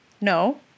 no